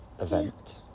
event